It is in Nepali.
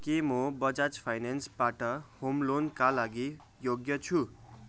के म बजाज फाइनेन्सबाट होम लोनका लागि योग्य छु